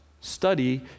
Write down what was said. Study